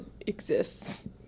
exists